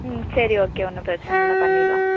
ம் சரி ஓகே ஒன்றும் பிரச்சன இல்லை பண்ணிடலாம்